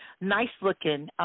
nice-looking